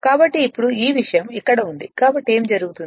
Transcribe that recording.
కాబట్టి ఇప్పుడు ఈ విషయం ఇక్కడ ఉంది కాబట్టి ఏమి జరుగుతుంది